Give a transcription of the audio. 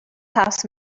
house